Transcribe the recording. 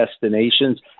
Destinations